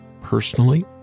personally